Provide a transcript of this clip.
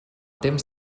temps